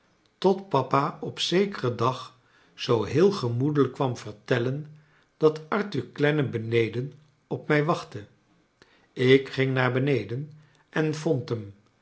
tot papa op zekeren dag zoo heel gemoedelijk kwam vertellen dat arthur clennam beneden op mij wachtte ik ging naar beneden en vond hem